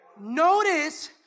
Notice